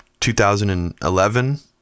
2011